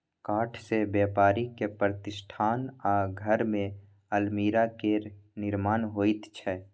काठसँ बेपारिक प्रतिष्ठान आ घरमे अलमीरा केर निर्माण होइत छै